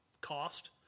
cost